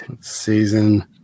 Season